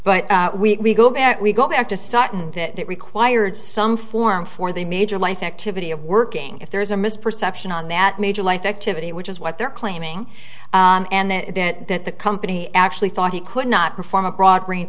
but we go back we go back to sutton that required some form for the major life activity of working if there is a misperception on that major life activity which is what they're claiming and that that the company actually thought he could not perform a broad range